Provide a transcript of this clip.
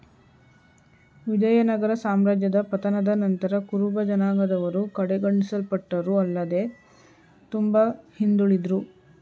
ವಿಜಯನಗರ ಸಾಮ್ರಾಜ್ಯದ ಪತನದ ನಂತರ ಕುರುಬಜನಾಂಗದವರು ಕಡೆಗಣಿಸಲ್ಪಟ್ಟರು ಆಲ್ಲದೆ ತುಂಬಾ ಹಿಂದುಳುದ್ರು